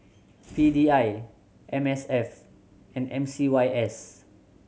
P D I M S F and M C Y S